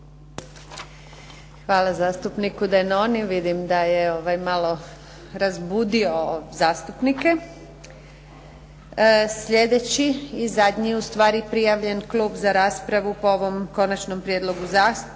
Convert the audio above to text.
Hvala zastupniku Denoni, vidim da je malo razbudio zastupnike. Sljedeći i zadnji prijavljen Klub po ovom Konačnom prijedlogu zakona,